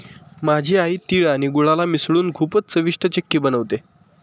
माझी आई तिळ आणि गुळाला मिसळून खूपच चविष्ट चिक्की बनवते